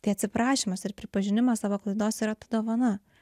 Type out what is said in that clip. tai atsiprašymas ir pripažinimas savo klaidos yra ta dovana